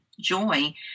joy